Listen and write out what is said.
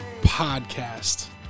Podcast